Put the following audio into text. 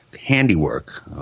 handiwork